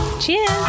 Cheers